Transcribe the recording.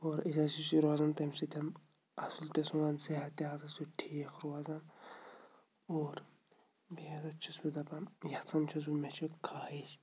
اور أسۍ روزان تَمہِ سۭتۍ اَصُل تہِ سون صحت تہِ ہسا چھُ ٹھیٖک روزان اور بیٚیہِ ہسا چھُس بہٕ دَپان یَژھان چھُس بہٕ مےٚ چھِ خٲہِش